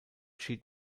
schied